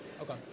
Okay